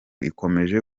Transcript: ikomeje